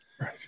Right